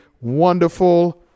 wonderful